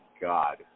God